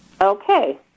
Okay